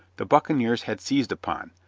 the buccaneers had seized upon,